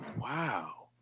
Wow